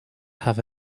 have